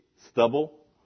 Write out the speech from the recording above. stubble